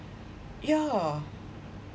yeah